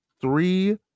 three